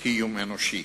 קיום אנושי.